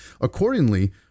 accordingly